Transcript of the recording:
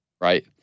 right